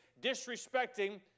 disrespecting